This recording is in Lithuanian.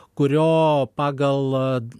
kurio pagal